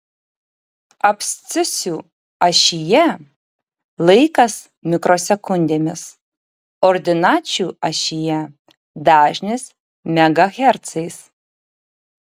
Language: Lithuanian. abscisių ašyje laikas mikrosekundėmis ordinačių ašyje dažnis megahercais